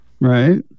right